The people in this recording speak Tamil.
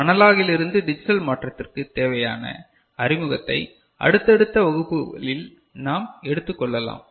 அனலாகிலிருந்து டிஜிட்டல் மாற்றத்திற்கு தேவையான அறிமுகத்தை அடுத்தடுத்த வகுப்புகளில் நாம் எடுத்துக் கொள்ளலாம்